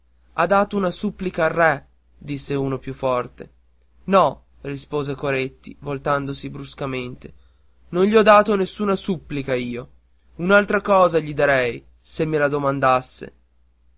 ha dato una supplica al re disse uno più forte no rispose coretti voltandosi bruscamente non gli ho dato nessuna supplica io un'altra cosa gli darei se me la domandasse